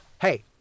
hey